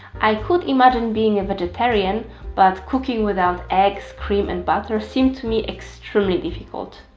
i could imagine being a vegetarian but cooking without eggs cream and butter seemed to me extremely difficult.